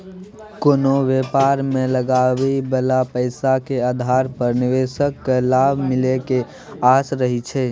कोनो व्यापार मे लगाबइ बला पैसा के आधार पर निवेशक केँ लाभ मिले के आस रहइ छै